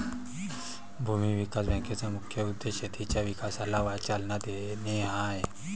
भूमी विकास बँकेचा मुख्य उद्देश शेतीच्या विकासाला चालना देणे हा आहे